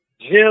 Jim